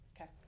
Okay